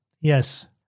Yes